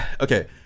Okay